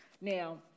Now